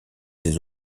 des